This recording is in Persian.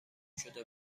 شده